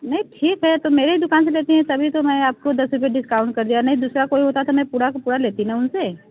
नहीं ठीक है तो मेरे ही दुकान से लेती हैं तभी मैं आपको दस रुपये डिस्काउंट कर दिया नहीं दूसरा कोई होता तो मैं पूरा का पूरा लेती न उनसे